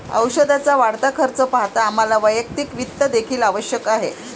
औषधाचा वाढता खर्च पाहता आम्हाला वैयक्तिक वित्त देखील आवश्यक आहे